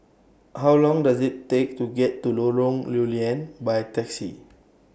How Long Does IT Take to get to Lorong Lew Lian By Taxi